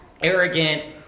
arrogant